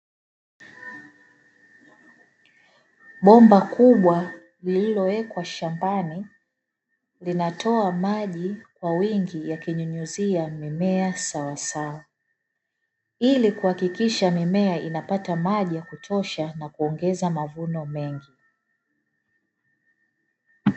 Bomba kubwa lililowekwa shambani linatoa maji kwa wingi yakinyunyizia mimea sawa sawa, ili kuhakikisha mimea inapata maji ya kutosha na kuongeza mavuno mengi.